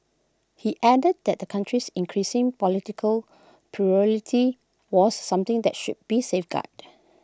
he added that the country's increasing political plurality was something that should be safeguarded